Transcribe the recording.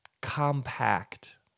compact